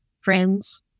friends